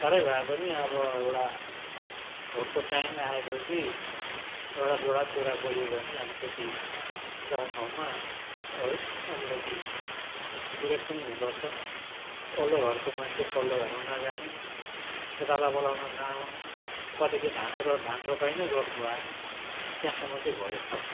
तरै भए पनि अब एउटा भोटको टाइम आएपछि एउटा दोवटा कुरा बोलियो भने अलिकति गाउँ ठाउँमा है अलिकति विरोध पनि हुँदोरहेछ वल्लो घरको मान्छे पल्लो घरमा नजाने खेताला बोलाउँदा न आउने कति धानै रो धान रोपाइँ नै गर्नु भएन त्यहाँसम्म चाहिँ भयो